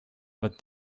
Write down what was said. but